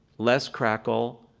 less crackle,